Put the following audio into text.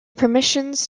permissions